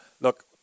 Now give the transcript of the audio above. Look